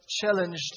challenged